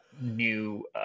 new